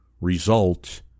result